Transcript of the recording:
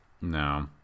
no